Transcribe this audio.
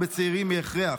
אני נעלב מזה.